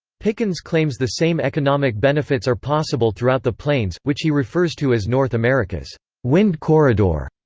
pickens claims the same economic benefits are possible throughout the plains, which he refers to as north america's wind corridor.